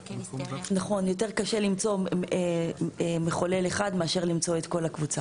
זה די קשור למה שאמרתי קודם.